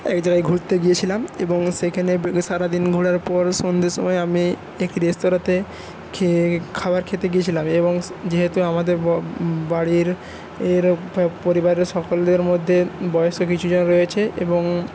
একজায়গায় ঘুরতে গিয়েছিলাম এবং সেখানে সারাদিন ঘোরার পর সন্ধ্যের সময় আমি এক রেস্তোরাঁতে খেয়ে খাবার খেতে গেছিলাম এবং যেহেতু আমাদের বাড়ির এর পরিবারের সকলদের মধ্যে বয়সে কিছু জন রয়েছে এবং